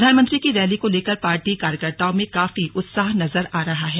प्रधानमंत्री की रैली को लेकर पार्टी कार्यकर्ताओं में काफी उत्साह नजर आ रहा है